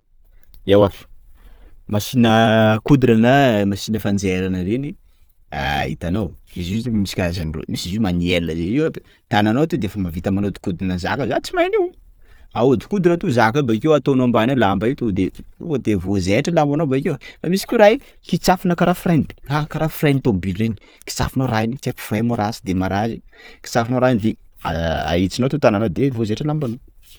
Ewa machine à coudre na machine fanjairana reny! Itanao, izy io zany misy karazany roy misy izy io manuelle zay; io aby tananao to defa mahavita manodikodina zaka, za tsy mahay an'io! ahodikodina to zaka io bakeo ataonao ambany ao lamba io, to de- to de voazaitra lambanao bakeo e! Fa misy koa raha io kitsafina kara frein, ah! Kara frein'ny tômôbilina iny! Kitsafinao raha iny, tsy haiko frein mo ratsy démarrage kitsafinao raha iny de ahitsinao to tananao de voazaitra lambanao.